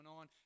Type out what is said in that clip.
on